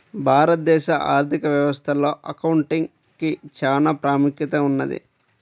భారతదేశ ఆర్ధిక వ్యవస్థలో అకౌంటింగ్ కి చానా ప్రాముఖ్యత ఉన్నది